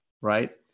right